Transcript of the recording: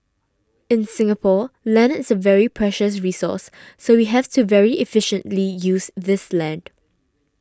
in Singapore land is a very precious resource so we have to very efficiently use this land